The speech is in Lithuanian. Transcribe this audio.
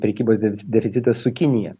prekybos defic deficitas su kinija